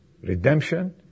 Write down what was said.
redemption